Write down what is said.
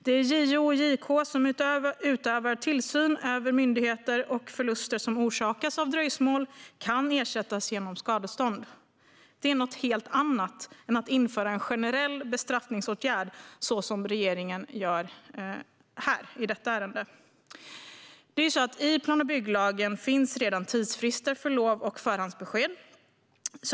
Det är JO och JK som utövar tillsyn över myndigheter, och förluster som orsakas av dröjsmål kan ersättas genom skadestånd. Det är något helt annat än att införa en generell bestraffningsåtgärd så som regeringen gör här. I plan och bygglagen finns redan tidsfrister för lov och förhandsbesked.